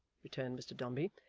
returned mr dombey,